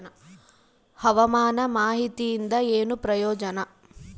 ಹವಾಮಾನ ಮಾಹಿತಿಯಿಂದ ಏನು ಪ್ರಯೋಜನ?